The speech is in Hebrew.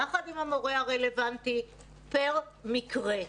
יחד עם המורה הרלבנטי פר מקרה,